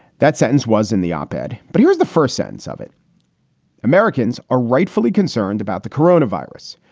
that sentence was in the op ed. but here's the first sentence of it americans are rightfully concerned about the corona virus.